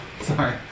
sorry